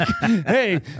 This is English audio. Hey